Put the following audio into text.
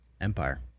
Empire